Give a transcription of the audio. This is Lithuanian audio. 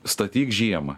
statyk žiemą